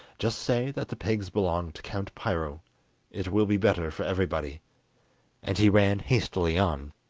just say that the pigs belong to count piro it will be better for everybody and he ran hastily on.